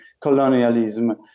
colonialism